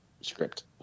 script